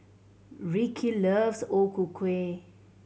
Ricky loves O Ku Kueh